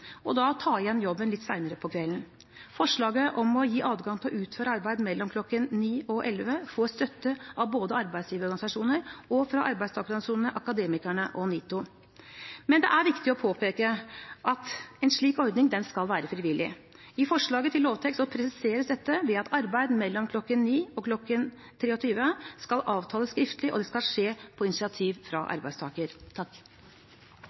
og da ta igjen jobben litt senere på kvelden. Forslaget om å gi adgang til å utføre arbeid mellom kl. 21.00 og kl. 23.00 får støtte av arbeidsgiverorganisasjoner og fra arbeidstakerorganisasjonene Akademikerne og NITO. Men det er viktig å påpeke at en slik ordning skal være frivillig. I forslaget til lovtekst presiseres dette ved at arbeid mellom kl. 21.00 og kl. 23.00 skal loves skriftlig, og det skal skje på initiativ fra